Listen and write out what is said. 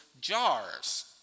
jars